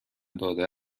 داده